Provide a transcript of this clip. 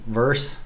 verse